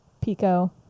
pico